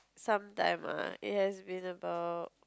some dilemma it has been about